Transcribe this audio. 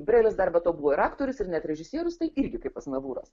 brelis dar be to buvo ir aktorius ir net režisierius tai irgi kaip aznavūras